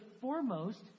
foremost